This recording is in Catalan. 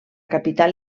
capital